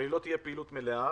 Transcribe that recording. אבל היא לא תהיה פעילות מלאה,